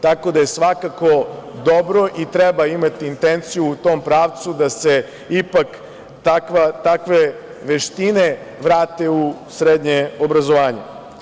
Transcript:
Tako da je svakako dobro i treba imati intenciju u tom pravcu da se ipak takve veštine vrate u srednje obrazovanje.